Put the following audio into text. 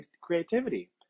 creativity